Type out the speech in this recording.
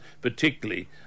particularly